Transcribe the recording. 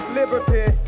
liberty